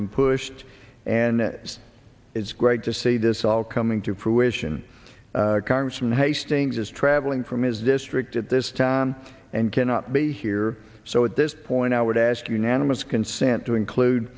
and pushed and it is great to see this all coming to fruition congressman hastings is traveling from his district at this time and cannot be here so at this point i would ask unanimous consent to include